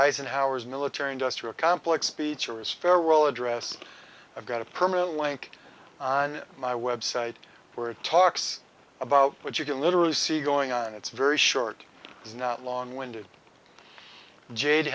eisenhower's military industrial complex speech or is farewell address i've got a permanent link on my website where it talks about what you can literally see going on it's very short is not long winded jade